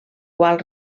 qual